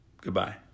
Goodbye